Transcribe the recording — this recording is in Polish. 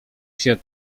się